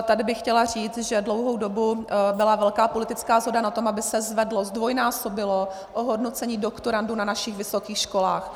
Tady bych chtěla říct, že dlouhou dobu byla velká politická shoda na tom, aby se zvedlo, zdvojnásobilo ohodnocení doktorandů na našich vysokých školách.